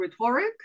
rhetoric